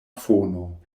fono